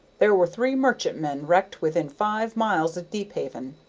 there were three merchantmen wrecked within five miles of deephaven.